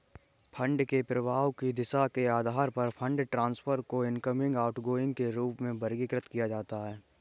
fund के प्रवाह की दिशा के आधार पर फंड ट्रांसफर को इनकमिंग, आउटगोइंग के रूप में वर्गीकृत किया जाता है